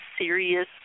serious